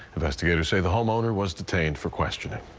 investigators say the homeowner was detained for questioning.